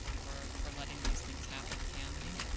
for for letting these things happen? can we?